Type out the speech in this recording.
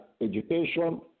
education